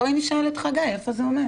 בואי נשאל את חגי איפה זה עומד.